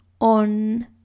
on